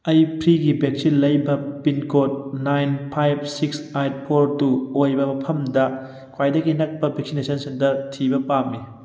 ꯑꯩ ꯐ꯭ꯔꯤꯒꯤ ꯚꯦꯛꯁꯤꯟ ꯂꯩꯕ pincode nine five six eight four two ꯑꯣꯏꯕ ꯃꯐꯝꯗ ꯈ꯭ꯋꯥꯏꯗꯒꯤ ꯅꯛꯄ ꯚꯦꯛꯁꯤꯅꯦꯁꯟ ꯁꯦꯟꯇꯔ ꯊꯤꯕ ꯄꯥꯝꯃꯤ